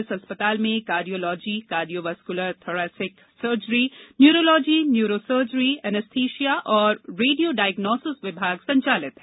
इस अस्पताल में cardiology cardio vascular thoracic surgery neurology neuro surgery anaesthesia तथा रेडियो डायग्नोसिस विभाग संचालित हैं